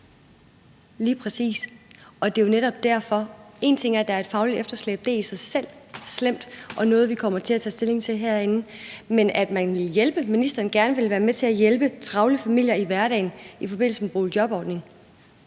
Lige præcis. Én ting er, at der er et fagligt efterslæb – det er i sig selv slemt og noget, vi kommer til at tage stilling til herinde. Men ministeren vil gerne være med til at hjælpe travle familier i hverdagen i forbindelse med boligjobordningen,